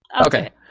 Okay